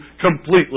completely